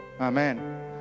Amen